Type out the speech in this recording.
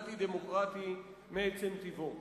אנטי-דמוקרטי מעצם טבעו.